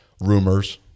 rumors